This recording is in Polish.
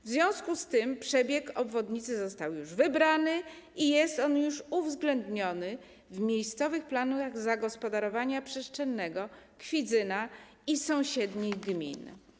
W związku z tym przebieg obwodnicy został już wybrany i jest on już uwzględniony w miejscowych planach zagospodarowania przestrzennego Kwidzyna i sąsiednich gmin.